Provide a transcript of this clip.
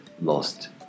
lost